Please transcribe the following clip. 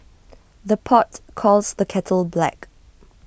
the pot calls the kettle black